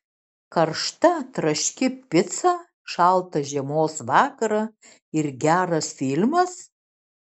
karšta traški pica šaltą žiemos vakarą ir geras filmas